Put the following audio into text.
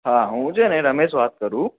હા હું છે ને રમેશ વાત કરું